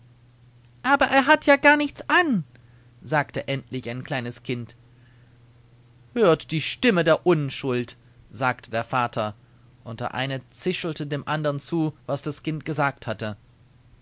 aber er hat ja gar nichts an sagte endlich ein kleines kind hört die stimme der unschuld sagte der vater und der eine zischelte dem andern zu was das kind gesagt hatte